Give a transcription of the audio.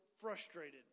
frustrated